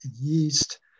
yeast